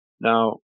Now